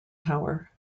power